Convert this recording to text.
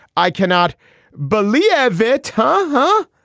i cannot believe it. huh-huh.